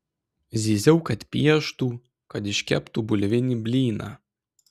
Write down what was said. zyziau kad pieštų kad iškeptų bulvinį blyną